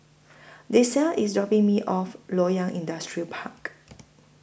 Dessa IS dropping Me off Loyang Industrial Park